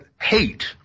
hate